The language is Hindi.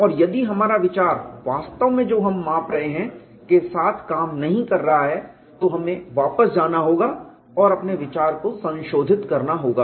और यदि हमारा विचार वास्तव में जो हम माप रहे हैं के साथ काम नहीं कर रहा है तो हमें वापस जाना होगा और अपने विचार को संशोधित करना होगा